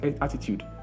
attitude